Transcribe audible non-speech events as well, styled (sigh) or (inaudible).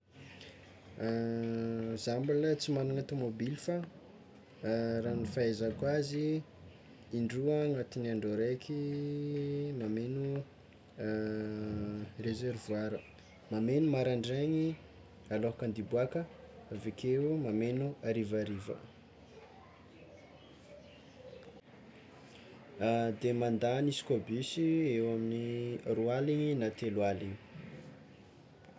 (hesitation) Zah mbola tsy magnana tômôbily fa raha ny fahaizako azy indroa agnatin'ny andro araiky mameno (hesitation) reservoara mameno maraindraigny aloka ande hiboaka avekeo mameno harivariva, (hesitation) de mandany izy koa bus eo amin'ny roa aligny na telo aligny.